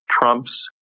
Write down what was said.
Trump's